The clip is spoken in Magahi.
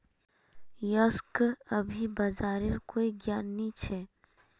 यशक अभी बाजारेर कोई ज्ञान नी छ